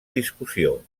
discussió